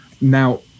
now